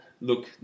Look